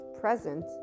present